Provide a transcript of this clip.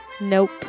Nope